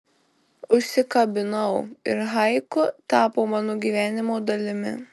užsikabinau ir haiku tapo mano gyvenimo dalimi